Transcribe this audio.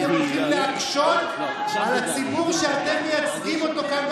אתם הולכים להקשות על הציבור שאתם מייצגים אותו כאן,